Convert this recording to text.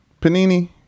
panini